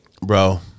bro